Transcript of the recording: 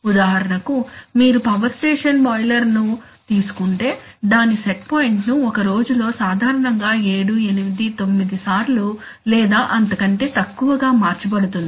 ఉదాహరణకు మీరు power station boiler ను తీసుకుంటే దాని సెట్ పాయింట్ ను ఒక రోజులో సాధారణంగా 7 8 9 సార్లు లేదా అంతకంటే తక్కువగా మార్చబడుతుంది